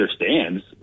understands